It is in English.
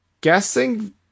guessing